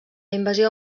invasió